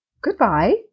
Goodbye